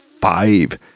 five